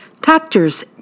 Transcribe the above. Doctors